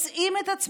אבל תלמידי ישיבות,